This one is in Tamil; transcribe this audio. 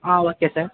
ah okay sir